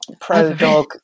pro-dog